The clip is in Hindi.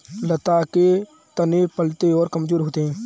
लता के तने पतले और कमजोर होते हैं